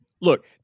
look